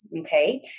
Okay